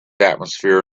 atmosphere